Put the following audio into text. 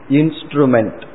instrument